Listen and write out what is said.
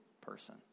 person